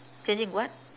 changing what